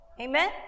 Amen